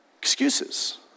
Excuses